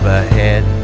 ahead